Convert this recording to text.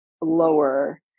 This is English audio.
lower